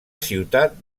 ciutat